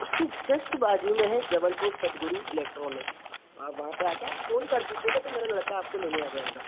उसके जस्ट बाज़ू में है जबलपुर सद्गुरु इलेक्ट्रॉनिक्स तो आप वहाँ पर आ कर आप फ़ोन कर दीजिएगा तो मेरा लड़का आपको लेने आ जाएगा